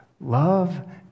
Love